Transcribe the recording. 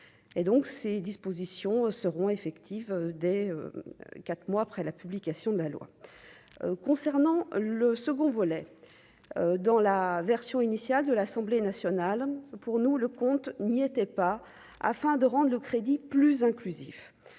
ces dispositions seront effectives dès 4 mois après la publication de la loi concernant le second volet dans la version initiale de l'Assemblée nationale, pour nous, le compte n'y était pas afin de rendent le crédit plus inclusif